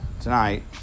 tonight